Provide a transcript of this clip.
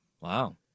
Wow